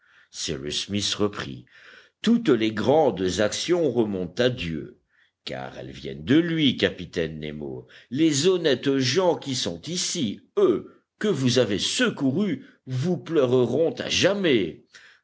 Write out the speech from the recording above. cyrus smith reprit toutes les grandes actions remontent à dieu car elles viennent de lui capitaine nemo les honnêtes gens qui sont ici eux que vous avez secourus vous pleureront à jamais